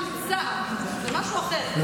בסדר.